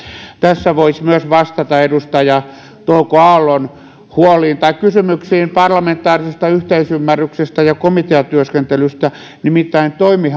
tässä voisi myös vastata edustaja touko aallon huoliin tai kysymyksiin parlamentaarisesta yhteisymmärryksestä ja komiteatyöskentelystä nimittäin toimi